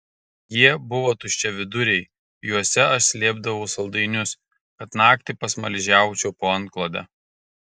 jie buvo tuščiaviduriai juose aš slėpdavau saldainius kad naktį pasmaližiaučiau po antklode